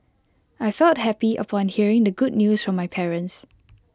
I felt happy upon hearing the good news from my parents